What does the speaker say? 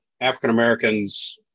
African-Americans